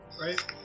right